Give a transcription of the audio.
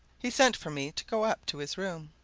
he sent for me to go up to his room.